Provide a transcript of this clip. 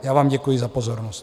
Já vám děkuji za pozornost.